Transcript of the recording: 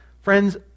friends